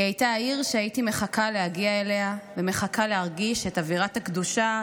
היא הייתה העיר שהייתי מחכה להגיע אליה ומחכה להרגיש את אווירת הקדושה